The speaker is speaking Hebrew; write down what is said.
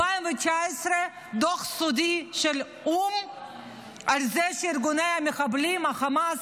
דוח סודי של האו"ם על זה שארגוני המחבלים החמאס